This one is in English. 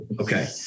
Okay